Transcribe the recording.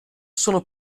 sono